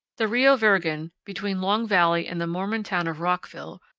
the rio virgen, between long valley and the mormon town of rockville,